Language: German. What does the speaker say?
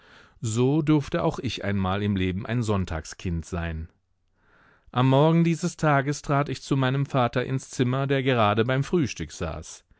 so durfte auch ich einmal im leben ein sonntagskind sein am morgen dieses tages trat ich zu meinem vater ins zimmer der gerade beim frühstück saß